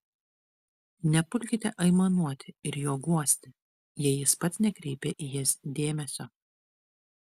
nepulkite aimanuoti ir jo guosti jei jis pats nekreipia į jas dėmesio